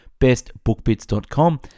bestbookbits.com